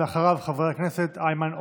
אחריו, חבר הכנסת איימן עודה.